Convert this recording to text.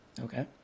Okay